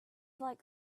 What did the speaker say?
like